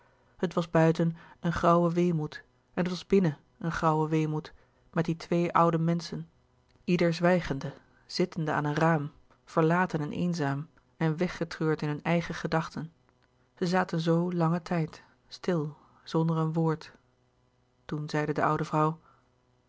het was buiten een grauwe weemoed en het was binnen een grauwe weemoed met die twee oude menschen ieder zwijgende zittende aan een raam verlaten en eenzaam en weggetreurd in hunne eigen gedachten zij zaten zoo langen tijd stil zonder een woord toen zeide de oude vrouw